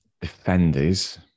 Defenders